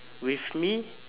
with me